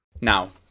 Now